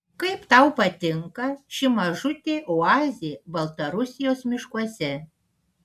kaip tau patinka ši mažutė oazė baltarusijos miškuose